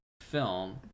film